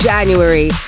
January